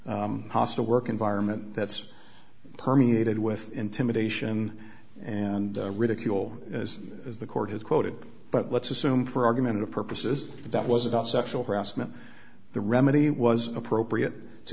hostile work environment that's permeated with intimidation and ridicule as is the court has quoted but let's assume for argument purposes that was about sexual harassment the remedy was appropriate to